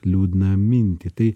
liūdna mintį tai